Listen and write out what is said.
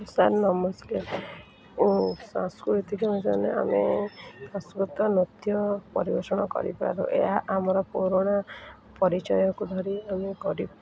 sir ନମସ୍କାର ଓ ସାଂସ୍କୃତିକ ଆମେ ସଂସ୍କୃତ ନୃତ୍ୟ ପରିବେଷଣ କରିପାରୁ ଏହା ଆମର ପୁରୁଣା ପରିଚୟକୁ ଧରି ଆମେ କରି